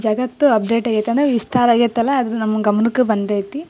ಜಗತ್ತು ಅಪ್ಡೇಟ್ ಆಗೈತಂದ್ರೆ ವಿಸ್ತಾರ ಆಗೈತಲ್ಲ ಅದು ನಮ್ಮ ಗಮ್ನಕ್ಕೆ ಬಂದೈತೆ